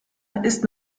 ist